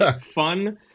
fun